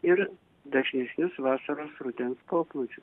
ir dažnesnius vasaros rudens poplūdžius